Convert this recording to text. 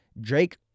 Drake